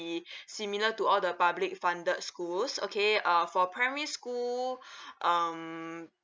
similar to all the public funded schools okay uh for primary school um